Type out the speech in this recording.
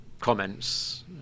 comments